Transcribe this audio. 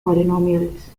polynomials